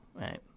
right